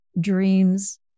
dreams